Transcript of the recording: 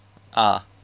ah